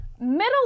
middle